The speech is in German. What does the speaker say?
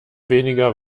weniger